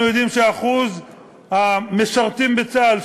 אנחנו יודעים שאחוז המשרתים שלה בצה"ל,